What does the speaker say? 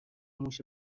موش